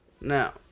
Now